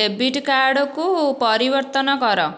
debit card କୁ ପରିବର୍ତ୍ତନ କର